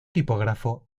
tipógrafo